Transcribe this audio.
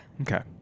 Okay